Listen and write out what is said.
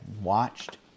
watched